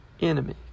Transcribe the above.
enemy